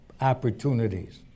opportunities